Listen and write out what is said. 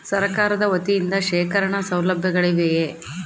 ಸರಕಾರದ ವತಿಯಿಂದ ಶೇಖರಣ ಸೌಲಭ್ಯಗಳಿವೆಯೇ?